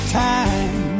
time